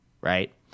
right